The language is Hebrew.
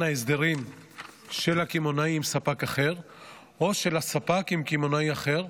ההסדרים של הקמעונאי עם ספק אחר או של הספק עם קמעונאי אחר,